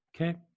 Okay